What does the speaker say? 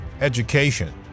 education